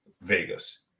Vegas